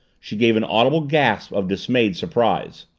she gave an audible gasp of dismayed surprise.